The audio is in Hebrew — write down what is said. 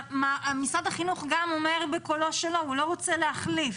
משרד החינוך גם אומר בקולו שלו שהוא לא רוצה להחליף,